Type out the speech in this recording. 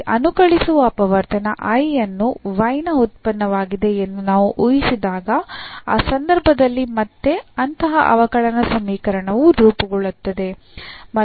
ಈ ಅನುಕಲಿಸುವ ಅಪವರ್ತನ I ಅನ್ನು y ನ ಉತ್ಪನ್ನವಾಗಿದೆ ಎಂದು ನಾವು ಊಹಿಸಿದಾಗ ಆ ಸಂದರ್ಭದಲ್ಲಿ ಮತ್ತೆ ಅಂತಹ ಅವಕಲನ ಸಮೀಕರಣವು ರೂಪುಗೊಳ್ಳುತ್ತದೆ